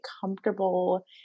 comfortable